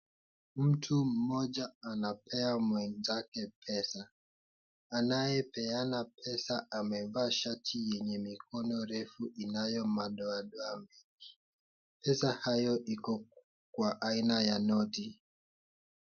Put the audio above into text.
Mtu mmoja anapea mwenzake pesa. Anayepeana pesa amevaa shati yenye mikono refu inayo madoadoa mengi. Pesa hiyo iko kwa aina ya noti.